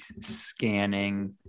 scanning